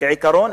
כעיקרון,